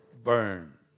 burn